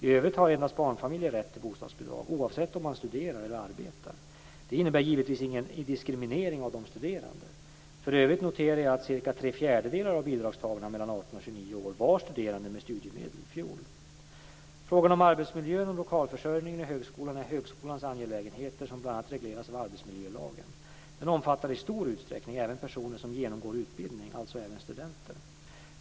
I övrigt har endast barnfamiljer rätt till bostadsbidrag oavsett om man studerar eller arbetar. Detta innebär givetvis ingen diskriminering av studerande. För övrigt noterar jag att cirka tre fjärdedelar av bidragstagarna mellan 18 och 29 år var studerande med studiemedel i fjol. Frågor om arbetsmiljön och lokalförsörjningen i högskolan är högskolans angelägenheter som bl.a. regleras av arbetsmiljölagen . Den omfattar i stor utsträckning även personer som genomgår utbildning, alltså även studenter.